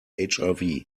hiv